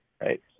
right